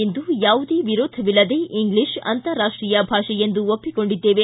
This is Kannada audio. ಇಂದು ಯಾವುದೇ ವಿರೋಧವಿಲ್ಲದೇ ಇಂಗ್ಲೀಷ್ ಅಂತಾರಾಷ್ಷೀಯ ಭಾಷೆ ಎಂದು ಒಪ್ಪಿಕೊಂಡಿದ್ದೇವೆ